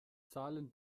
zahlen